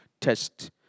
test